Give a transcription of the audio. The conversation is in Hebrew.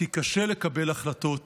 כי קשה לקבל החלטות,